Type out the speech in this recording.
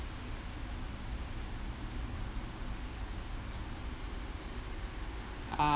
ah